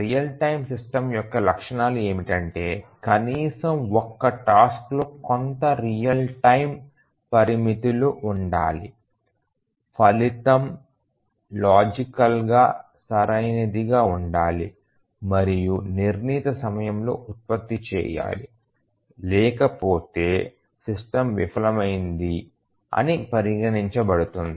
real time system యొక్క లక్షణాలు ఏమిటంటే కనీసం ఒక టాస్క్లో కొంత రియల్ టైమమ్ పరిమితులు ఉండాలి ఫలితం లాజికల్ గా సరైనదిగా ఉండాలి మరియు నిర్ణీత సమయంలో ఉత్పత్తి చేయాలి లేకపోతే సిస్టమ్ విఫలమైంది అని పరిగణించబడుతుంది